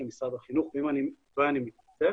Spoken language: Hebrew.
משרד החינוך ואם אני טועה אני מתנצל.